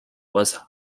was